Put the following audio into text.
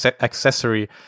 accessory